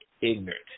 ignorant